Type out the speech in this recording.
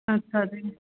ਅੱਛਾ ਜੀ